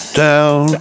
down